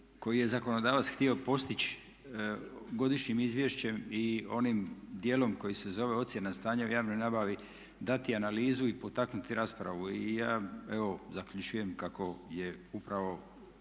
koji je zakonodavac htio postići godišnjim izvješćem i onim djelom koji se zove ocjena stanja u javnoj nabavi dati analizu i potaknuti raspravu. I ja evo zaključujem kako je upravo